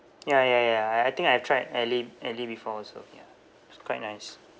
ya ya ya I I think I have tried alley alley before also ya it's quite nice